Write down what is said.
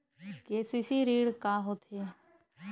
KCC ऋण का होथे?